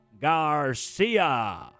Garcia